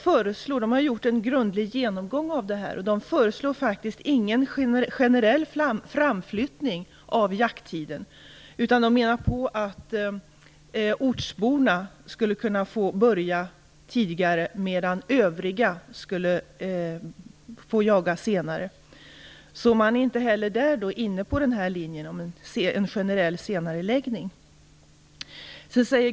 Man har gjort en grundlig genomgång av detta och föreslår faktiskt ingen generell framflyttning av jakttiden. Man menar att ortsborna skulle kunna få börja tidigare, medan övriga skulle få jaga senare. Inte heller inom Miljövårdsberedningen är man alltså inne på detta med en generell senareläggning.